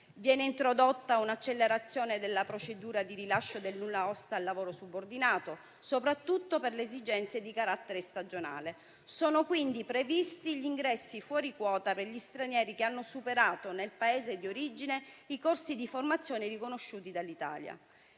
Viene introdotta un'accelerazione della procedura di rilascio del nullaosta al lavoro subordinato, soprattutto per le esigenze di carattere stagionale. Sono quindi previsti gli ingressi fuori quota per gli stranieri che, nel Paese di origine, hanno superato i corsi di formazione riconosciuti dall'Italia.